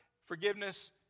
forgiveness